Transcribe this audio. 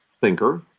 thinker